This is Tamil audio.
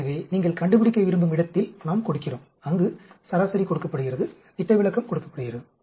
எனவே நீங்கள் கண்டுபிடிக்க விரும்பும் இடத்தில் நாம் கொடுக்கிறோம் அங்கு சராசரி கொடுக்கப்படுகிறது திட்ட விலக்கம் கொடுக்கப்படுகிறது